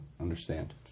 understand